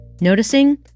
noticing